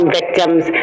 victims